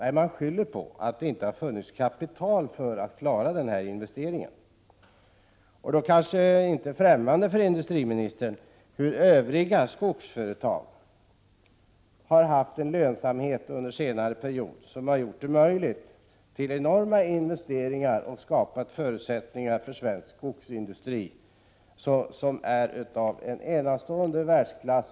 Jo, man skyller på att det inte har funnits kapital för att klara dessa investeringar. Men industriministern är kanske inte okunnig om att övriga skogsföretag på senare år har haft en lönsamhet som möjliggjort enorma investeringar och som skapat goda förutsättningar för svensk skogsindustri, vilken är i högsta världsklass.